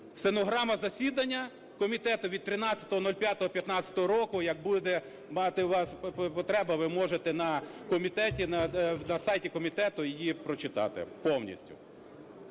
Стенограма засідання комітету від 13.05.15 року. Як буде у вас потреба, ви можете на комітеті, на сайті комітету її прочитати повністю.